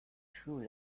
true